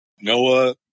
Noah